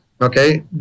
okay